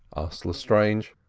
asked lestrange.